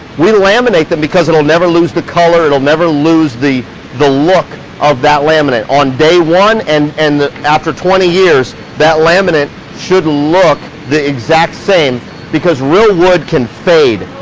we laminate them because it'll never lose the color. it'll never lose the the look of that laminate on day one. and and after twenty years that laminate should look the exact same because real wood can fade.